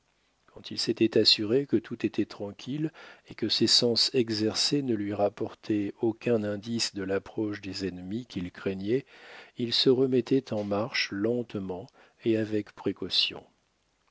quand il s'était assuré que tout était tranquille et que ses sens exercés ne lui rapportaient aucun indice de l'approche des ennemis qu'il craignait il se remettait en marche lentement et avec précaution